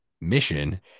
mission